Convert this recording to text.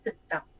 system